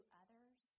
others